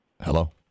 Hello